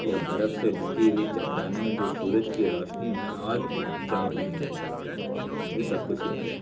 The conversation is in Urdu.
یا برف سے ڈکھی ہوئی چٹانیں جو سورج کی روشنی میں اور چمک رہیں تھیں یہ سب کچھ یاد ہے